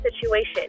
situation